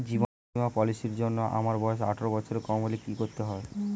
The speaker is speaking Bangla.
জীবন বীমা পলিসি র জন্যে আমার বয়স আঠারো বছরের কম হলে কি করতে হয়?